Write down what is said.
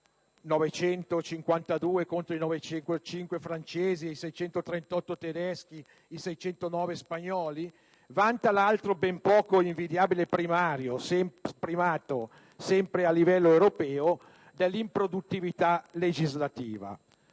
(952 contro i 905 francesi, i 638 tedeschi, i 609 spagnoli) vanta l'altro ben poco invidiabile primato, sempre a livello europeo, dell'improduttività legislativa.